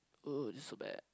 oh this so bad